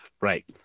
Right